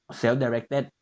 self-directed